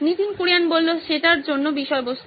নীতিন কুরিয়ান সেটার জন্য বিষয়বস্তু